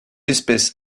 espèce